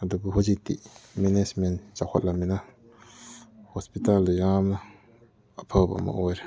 ꯑꯗꯨꯕꯨ ꯍꯧꯖꯤꯛꯇꯤ ꯃꯦꯅꯦꯖꯃꯦꯟ ꯆꯥꯎꯈꯠꯂꯕꯅꯤꯅ ꯍꯣꯁꯄꯤꯇꯥꯜꯗ ꯌꯥꯝꯅ ꯑꯐꯕ ꯑꯃ ꯑꯣꯏꯔꯦ